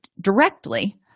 directly